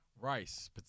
rice